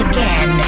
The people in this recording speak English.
Again